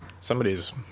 Somebody's